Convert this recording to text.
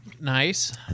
Nice